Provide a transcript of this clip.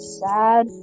sad